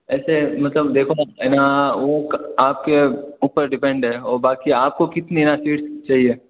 ऐसे मतलब देखो मैम ना वो आपके ऊपर डिपेंड है और बाकि आपको कितनी ना सीट्स चाहिए